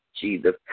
jesus